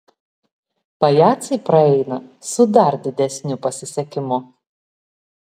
pajacai praeina su dar didesniu pasisekimu